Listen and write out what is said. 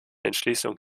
entschließung